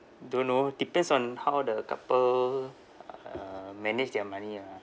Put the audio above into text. don't know depends on how the couple uh manage their money lah